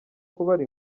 kubara